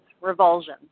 revulsion